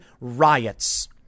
riots